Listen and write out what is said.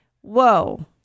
Whoa